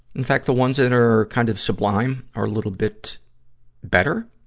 in fact, the ones that are kind of sublime are a little bit better,